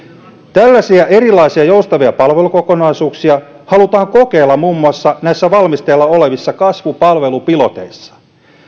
tällaisia erilaisia joustavia palvelukokonaisuuksia halutaan kokeilla muun muassa näissä valmisteilla olevissa kasvupalvelupiloteissa